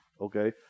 okay